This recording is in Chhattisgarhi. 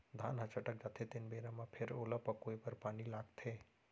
धान ह छटक जाथे तेन बेरा म फेर ओला पकोए बर पानी लागथे